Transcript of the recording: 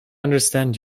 understand